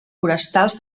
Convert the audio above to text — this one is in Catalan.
forestals